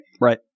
Right